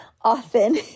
often